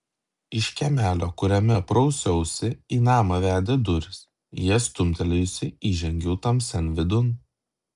iš kiemelio kuriame prausiausi į namą vedė durys jas stumtelėjusi įžengiau tamsian vidun